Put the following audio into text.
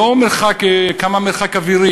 לא מרחק, כמה הוא המרחק האווירי?